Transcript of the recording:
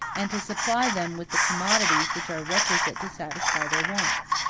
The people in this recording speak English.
and to supply them with the commodities which are requisite to satisfy their wants.